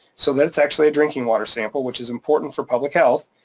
so that it's actually a drinking water sample which is important for public health.